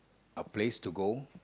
a place to go